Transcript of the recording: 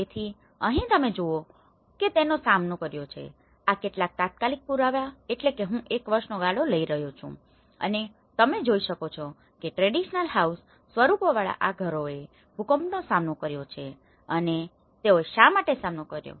તેથી અહીં તમે જુઓ છો કે તેને સામનો કર્યો છે આ કેટલાક તાત્કાલિક પુરાવા એટલે કે હું એક વર્ષનો ગાળો લઇ રહ્યો છું અને તમે જોઈ શકો છો કે ટ્રેડીશનલ હાઉસ સ્વરૂપોવાળા આ ઘરોએ ભૂકંપનો સામનો કર્યો છે અને તેઓએ શા માટે સામનો કર્યો છે